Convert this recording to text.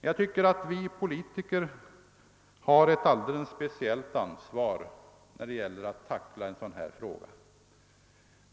Jag tycker att vi politiker har ett alldeles speciellt ansvar när det gäller att tackla en sådan här fråga.